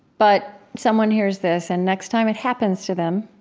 but someone hears this, and next time it happens to them,